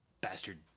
Bastard